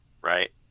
right